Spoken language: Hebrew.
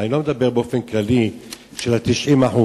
אני לא מדבר באופן כללי על ה-90%,